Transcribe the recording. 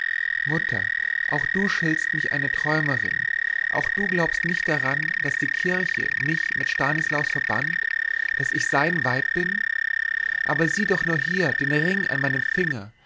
mutter auch du schiltst mich eine träumerin auch du glaubst nicht daran daß die kirche mich mit stanislaus verband daß ich sein weib bin aber sieh doch nur hier den ring an meinem finger